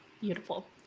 Beautiful